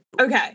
Okay